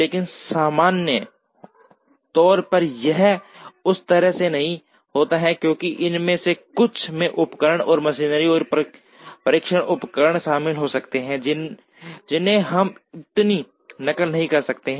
लेकिन सामान्य तौर पर यह उस तरह से नहीं होता है क्योंकि इनमें से कुछ में उपकरण और मशीनरी और परीक्षण उपकरण शामिल हो सकते हैं जिन्हें हम इतनी नकल नहीं कर सकते हैं